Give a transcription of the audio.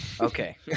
Okay